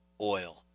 oil